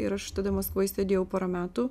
ir aš tada maskvoj sėdėjau porą metų